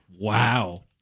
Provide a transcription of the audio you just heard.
Wow